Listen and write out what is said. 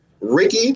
Ricky